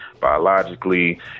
biologically